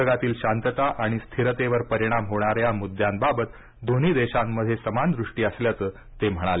जगातील शांतता आणि स्थिरतेवर परिणाम होणाऱ्या मुद्द्यांबाबत दोन्ही देशांमध्ये समान दृष्टी असल्याचं ते म्हणाले